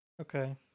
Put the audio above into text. Okay